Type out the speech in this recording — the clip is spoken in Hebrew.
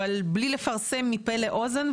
אבל בלי לפרסם מפה לאוזן,